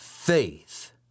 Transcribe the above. Faith